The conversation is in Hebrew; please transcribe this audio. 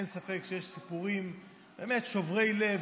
אין ספק שיש סיפורים שוברי לב.